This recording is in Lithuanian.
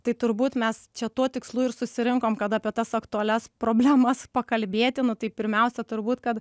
tai turbūt mes čia tuo tikslu ir susirinkom kad apie tas aktualias problemas pakalbėti nu tai pirmiausia turbūt kad